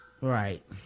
right